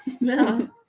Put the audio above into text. No